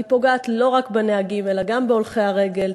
היא פוגעת לא רק בנהגים אלא גם בהולכי הרגל.